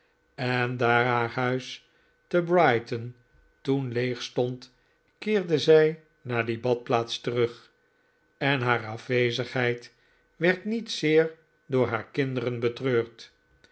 en daar haar huis te brighton toen leeg stond keerde zij naar die badplaats terug en haar afwezigheid werd niet zeer door haar kinderen betreurd